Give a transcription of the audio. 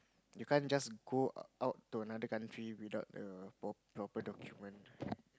you can't just go out to another country without a pro~ proper document